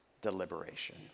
deliberation